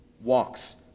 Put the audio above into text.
walks